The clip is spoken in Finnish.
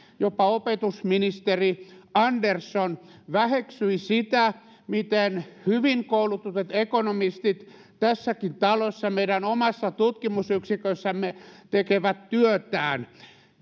jopa opetusministeri andersson väheksyi sitä miten hyvin koulutetut ekonomistit tässäkin talossa meidän omassa tutkimusyksikössämme tekevät työtään